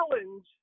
challenge